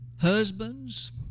Husbands